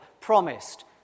promised